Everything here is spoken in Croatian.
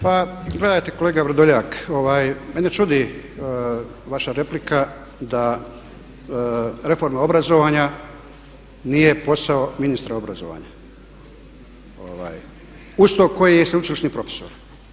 Pa gledajte kolega Vrdoljak, mene čudi vaša replika da reforma obrazovanja nije posao ministra obrazovanja uz to koji je i sveučilišni profesor.